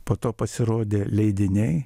po to pasirodė leidiniai